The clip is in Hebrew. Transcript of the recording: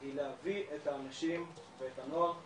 היא להביא את האנשים ואת הנוער לשטח,